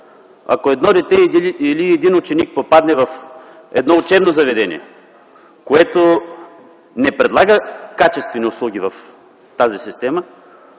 Ако едно дете или един ученик попадне в едно учебно заведение, което не предлага качествени услуги в тази система,